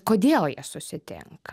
kodėl jie susitinka